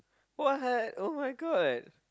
what [oh]-my-god